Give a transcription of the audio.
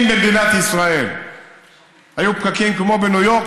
אם במדינת ישראל היו פקקים כמו בניו יורק,